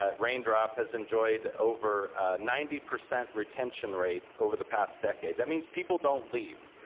ah raindrop has enjoyed over ninety percent retention rate over the past decade. that means people don't leave,